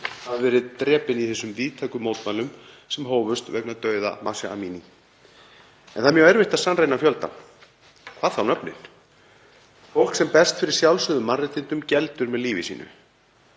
hafi verið drepin í þessum víðtæku mótmælum sem hófust vegna dauða Masha Amini. Það er mjög erfitt að sannreyna fjöldann, hvað þá nöfnin. Fólk sem berst fyrir sjálfsögðum mannréttindum geldur með lífi sínu.